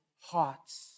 hearts